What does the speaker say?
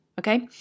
Okay